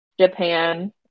Japan